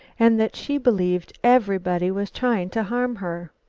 and that she believed everybody was trying to harm her.